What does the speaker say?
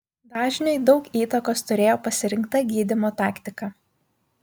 dažniui daug įtakos turėjo pasirinkta gydymo taktika